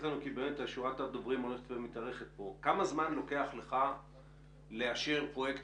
להגיד לנו כמה זמן לוקח לך לאשר פרויקט